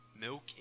milk